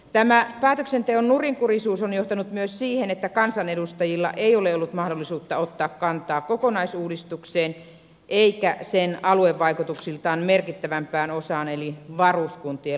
tämä päätöksenteon nurinkurisuus on johtanut myös siihen että kansanedustajilla ei ole ollut mahdollisuutta ottaa kantaa kokonaisuudistukseen eikä sen aluevaikutuksiltaan merkittävämpään osaan eli varuskuntien lakkautukseen